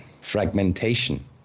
fragmentation